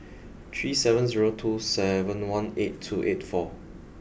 three seven zero two seven one eight two eight four